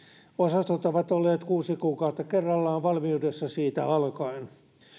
ovat olleet kuusi kuukautta kerrallaan valmiudessa siitä alkaen